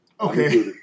Okay